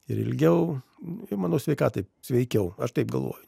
ir ilgiau ir manau sveikatai sveikiau aš taip galvoju